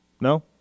No